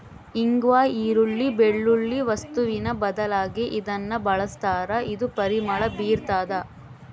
ಇಂಗ್ವಾ ಈರುಳ್ಳಿ, ಬೆಳ್ಳುಳ್ಳಿ ವಸ್ತುವಿನ ಬದಲಾಗಿ ಇದನ್ನ ಬಳಸ್ತಾರ ಇದು ಪರಿಮಳ ಬೀರ್ತಾದ